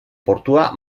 portua